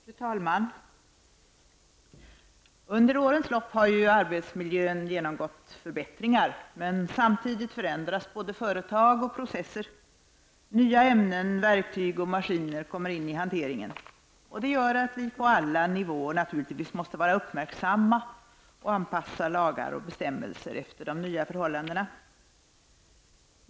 Fru talman! Under årens lopp har ju arbetsmiljön genomgått förbättringar. Men samtidigt förändras både företag och processer; nya ämnen, verktyg och maskiner kommer in i hanteringen. Det gör att vi på alla nivåer måste vara uppmärksamma och anpassa lagar och bestämmelser efter de nya förhållandena.